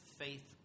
faith